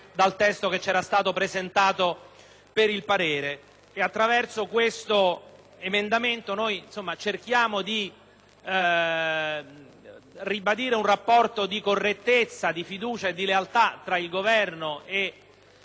di ribadire un rapporto di correttezza, di fiducia e di lealtà tra il Governo e le Commissioni, in questo caso parlamentari, e nel merito cerchiamo di creare le condizioni perché il tema della raccolta delle pile